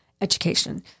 education